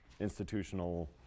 institutional